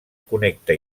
connecta